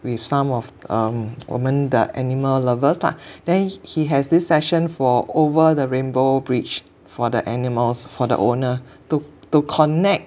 with some of um 我们的 animal lovers lah then he has this session for over the rainbow bridge for the animals for the owner to to connect